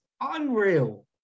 unreal